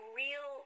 real